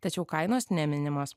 tačiau kainos neminimos